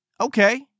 okay